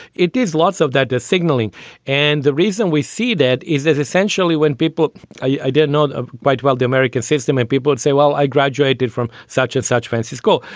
it is lots of that. the signaling and the reason we see that is that essentially when people i did not ah buy well the american system and people would say, well, i graduated from such as such fancy school,